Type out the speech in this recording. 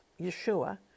Yeshua